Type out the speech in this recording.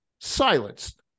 silenced